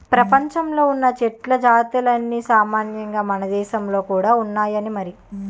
ప్రపంచంలో ఉన్న చెట్ల జాతులన్నీ సామాన్యంగా మనదేశంలో కూడా ఉన్నాయి మరి